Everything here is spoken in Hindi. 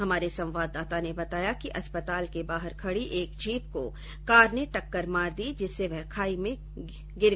हमारे संवाददाता ने बताया कि अस्पताल के बाहर खड़ी एक जीप को कार ने टक्कर मार दी जिससे वह कार खाई में जा गिरी